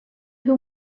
who